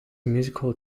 musical